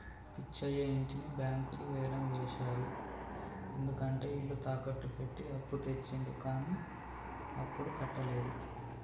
పిచ్చయ్య ఇంటిని బ్యాంకులు వేలం వేశారు ఎందుకంటే ఇల్లు తాకట్టు పెట్టి అప్పు తెచ్చిండు కానీ అప్పుడు కట్టలేదు